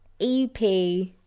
EP